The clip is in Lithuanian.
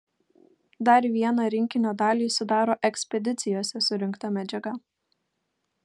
dar vieną rinkinio dalį sudaro ekspedicijose surinkta medžiaga